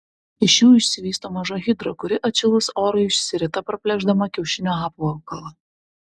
iš jų išsivysto maža hidra kuri atšilus orui išsirita praplėšdama kiaušinio apvalkalą